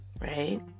right